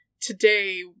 Today